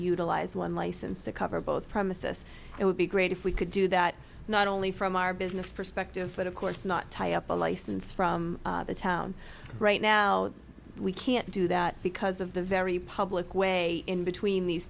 utilize one license to cover both premises it would be great if we could do that not only from our business perspective but of course not tie up a license from the town right now we can't do that because of the very public way in between these